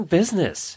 business